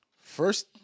First